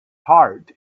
heart